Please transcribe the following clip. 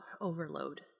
overload